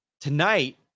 Tonight